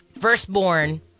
firstborn